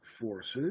forces